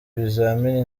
bizamini